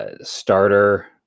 Starter